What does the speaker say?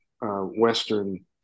western